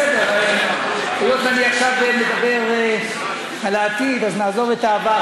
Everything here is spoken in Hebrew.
היות שאני עכשיו מדבר על העתיד, נעזוב את העבר.